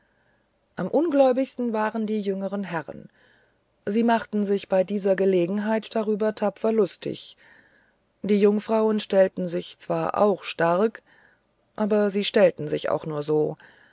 am ungläubigsten waren die jüngeren herren sie machten sich bei dieser gelegenheit darüber tapfer lustig die jungfrauen stellten sich zwar auch stark aber sie stellten sich auch nur so